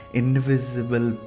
invisible